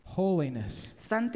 holiness